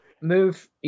move